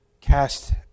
cast